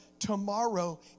tomorrow